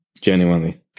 genuinely